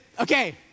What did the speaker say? Okay